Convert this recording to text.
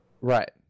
Right